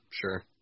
sure